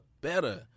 better